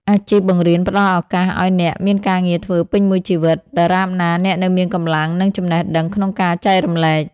អាជីពបង្រៀនផ្តល់ឱកាសឱ្យអ្នកមានការងារធ្វើពេញមួយជីវិត ដរាបណាអ្នកនៅមានកម្លាំង និងចំណេះដឹងក្នុងការចែករំលែក។